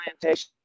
plantation